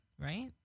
Right